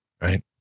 right